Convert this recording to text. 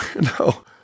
No